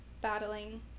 battling